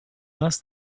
nas